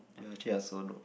ya actually I also know